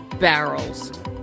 Barrels